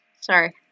sorry